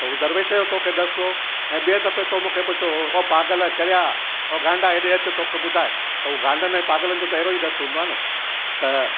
त हू दरवेश जो तोखे ॾसु हो ऐं ॿिए दफ़े तू मूंखे पुछो चओ हुओ ओ पागल चरया ओ गांडा हेॾे अच तोखे ॿुधायां त उ गांडनि ऐं पागलनि जो त अहिड़ो ई ॾसु हूंदो आहे न